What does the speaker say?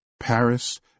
Paris